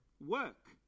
work